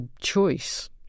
choice